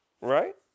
right